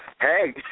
Hey